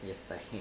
you especially